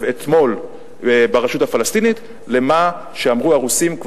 אתמול ברשות הפלסטינית למה שאמרו הרוסים,